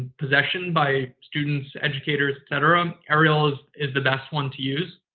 possession by students, educators, et cetera, um arial is is the best one to use.